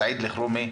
סעיד אלחרומי,